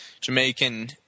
Jamaican